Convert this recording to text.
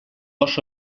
oso